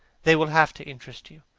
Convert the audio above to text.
they will have to interest you.